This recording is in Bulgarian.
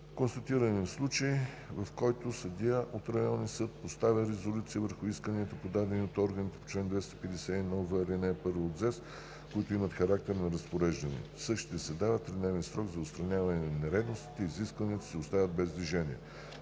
Констатиран е случай, в който съдия от Районен съд – Благоевград, поставя резолюции върху исканията, подадени от органите по чл. 251в, ал. 1 от ЗЕС, които имат характер на разпореждане. В същите се дава 3-дневен срок за отстраняване на нередностите и исканията се оставят без движение.